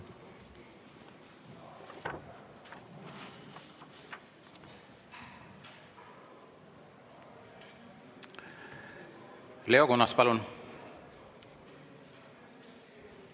Leo Kunnas, palun!